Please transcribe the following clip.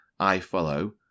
iFollow